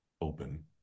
open